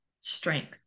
strength